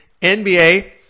NBA